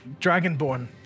Dragonborn